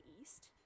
east